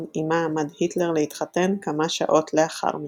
עמה עמד היטלר להתחתן כמה שעות לאחר מכן.